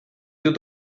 dut